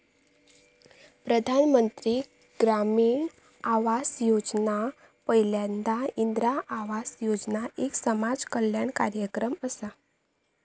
प्रधानमंत्री ग्रामीण आवास योजना पयल्यांदा इंदिरा आवास योजना एक समाज कल्याण कार्यक्रम असा